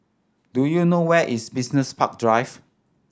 do you know where is Business Park Drive